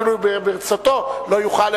אפילו ברצותו לא יוכל,